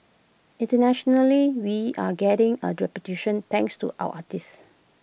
internationally we're getting A reputation thanks to our artists